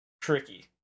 tricky